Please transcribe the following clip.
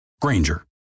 Granger